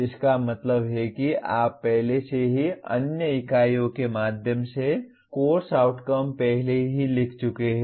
इसका मतलब है कि आप पहले से ही अन्य इकाइयों के माध्यम से कोर्स आउटकम पहले ही लिख चुके हैं